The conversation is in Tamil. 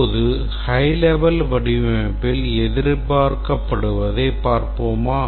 இப்போது high level வடிவமைப்பில் எதிர்பார்க்கப்படுவதைப் பார்ப்போமா